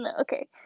okay